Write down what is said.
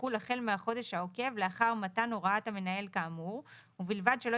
תחול החל מהחודש העוקב לאחר מתן הוראות המנהל כאמור ובלבד שלא